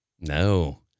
No